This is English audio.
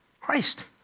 Christ